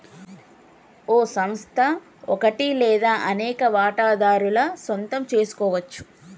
ఓ సంస్థ ఒకటి లేదా అనేక వాటాదారుల సొంతం సెసుకోవచ్చు